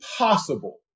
impossible